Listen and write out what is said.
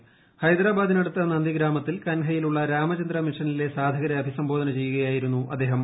ക്ലെഹ്ദരാബാദിനടുത്ത് നന്ദി ഗ്രാമത്തിൽ കൻഹയിലുള്ള രാമചന്ദ്ര മിഷനിലെ സാധകരെ അഭിസംബോധന ചെയ്യുകയായിരുന്നു അദ്ദേഹം